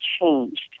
changed